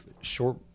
short